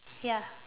ya